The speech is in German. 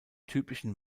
typischen